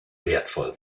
wertvoll